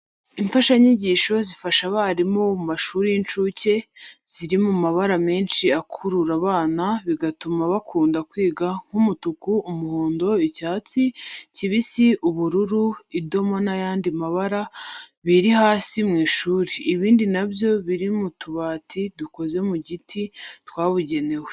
Imfashanyigisho zifasha abarimu bo mu mashuri y'incuke, ziri mu mabara menshi akurura abana bigatuma bakunda kwiga nk'umutuku, umuhondo, icyatsi kibisi, ubururu, idoma n'ayandi mabara biri hasi mu ishuri. Ibindi na byo biri mu tubati dukoze mu giti twabugenewe.